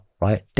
right